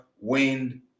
wind